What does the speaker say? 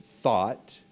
thought